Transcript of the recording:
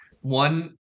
One